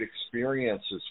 experiences